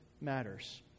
matters